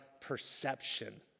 perception